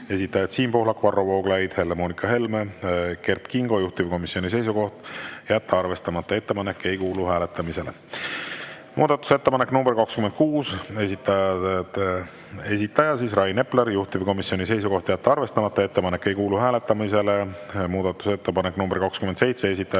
esitajad Siim Pohlak, Varro Vooglaid, Helle-Moonika Helme, Kert Kingo. Juhtivkomisjoni seisukoht on jätta arvestamata. Ettepanek ei kuulu hääletamisele. Muudatusettepanek nr 26, esitaja Rain Epler. Juhtivkomisjoni seisukoht on jätta arvestamata. Ettepanek ei kuulu hääletamisele. Muudatusettepanek nr 27, esitajad